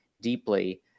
deeply